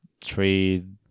trade